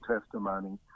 testimony